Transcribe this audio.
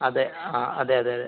അതെ അ അതെ അതെ